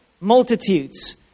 multitudes